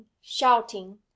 shouting